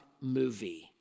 movie